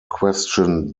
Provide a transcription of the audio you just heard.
question